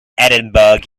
edinburgh